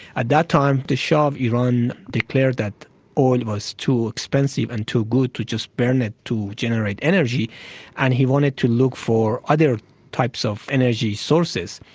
at that time the shah of iran declared that oil was too expensive and too good to just burn it to generate energy and he wanted to look for other types of energy sources.